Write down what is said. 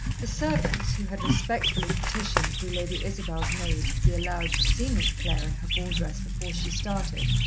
the servants, who had respectfully petitioned through lady isabel's maid to be allowed to see miss clare in her ball-dress before she started,